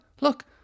look